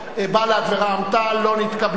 בל"ד ורע"ם-תע"ל לא נתקבלה.